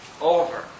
Over